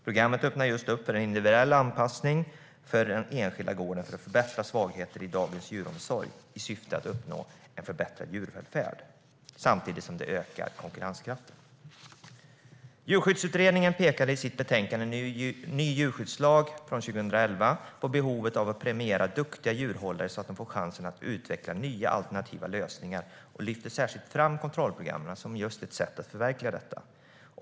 Programmet öppnar för individuell anpassning för den enskilda gården för att förbättra svagheter i dagens djuromsorg i syfte att uppnå förbättrad djurvälfärd samtidigt som det ökar konkurrenskraften. Djurskyddsutredningen pekar i sitt betänkande Ny djurskyddslag från 2011 på behovet av att premiera duktiga djurhållare så att dessa får chansen att utveckla nya alternativa lösningar, och lyfter särskilt fram kontrollprogram som ett sätt att förverkliga detta.